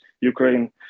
Ukraine